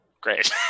Great